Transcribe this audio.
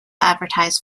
advertise